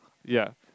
ya